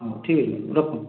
ହଁ ଠିକ୍ ଅଛି ମ୍ୟାଡ଼ାମ୍ ରଖୁଛି